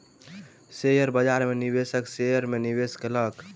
share बाजार में निवेशक शेयर में निवेश कयलक